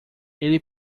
ele